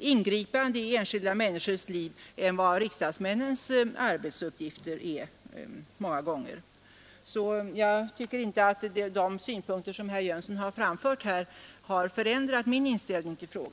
ingripande i enskilda människors liv än vad en riksdagsmans arbetsuppgift är. De synpunkter, som herr Jönsson har framfört här, har inte ändrat min inställning till frågan.